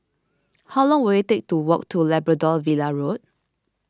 how long will it take to walk to Labrador Villa Road